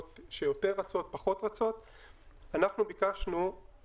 ואתייחס לייצוא -- בוא נשאיר זמן לאורחים שלנו,